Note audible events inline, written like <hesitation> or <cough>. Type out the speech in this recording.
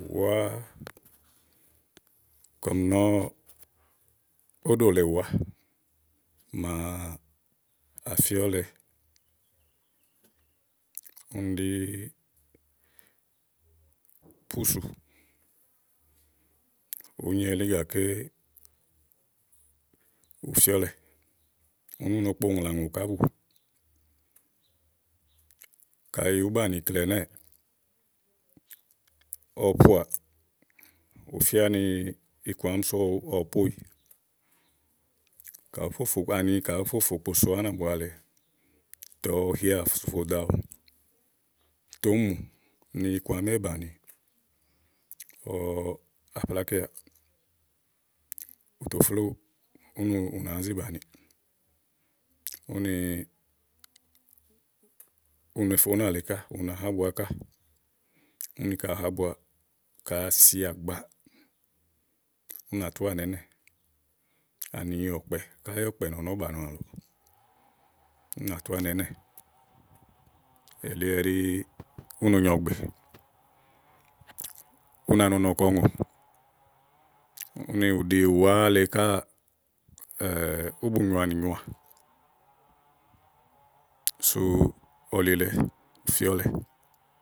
ùwá, kɔm nɔ̀, óɖò lèe ùwá, màa àfíɔlɛ úni ɖí púsù ùú nyi elí gàké, ù fíɔlɛ úni ú no kpomlà ùŋò ká blù kayi ùú banìi, ikle ɛnɛ́ɛ̀, ɔwɔ poà, ù fía ni iku àá sú ɔwɔ poéyi ka ùú fò fo ka ùú fò fòokposo ánàbua lèe tè ɔwɔ hià sò fò dò awu tè uni mù ni iku àámi éè bàni ɔwɔ àplákià ù tò flówu úni ù nàá zi bàni úni u ne fè únà lèe ká u na ha ábua ká úni ka ù ha ábua ka à sià gbàa, ú nà tú anà ínɛ̀ ani ɔ̀kpɛ̀ káyí ɔ̀kpɛ̀ nɔ̀nɔ ówó bàa nɔɔ̀. ù nà tú anà ínɛ̀ elí ɛɖí ú no nyo ɔ̀gbè, u na nu ɔnɔ ko ùŋò úni ù ɖi ùwá le káà <hesitation> óbùnyoanì nyòoà sú ɔlilɛ, ù fíɔlɛ.